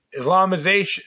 Islamization